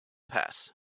pass